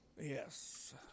yes